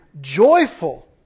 joyful